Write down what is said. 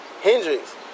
Hendrix